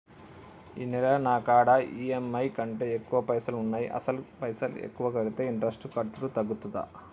ఈ నెల నా కాడా ఈ.ఎమ్.ఐ కంటే ఎక్కువ పైసల్ ఉన్నాయి అసలు పైసల్ ఎక్కువ కడితే ఇంట్రెస్ట్ కట్టుడు తగ్గుతదా?